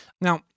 Now